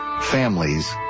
families